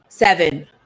Seven